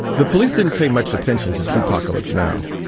the police didn't pay much attention to two pacalypse now.